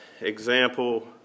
example